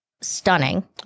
stunning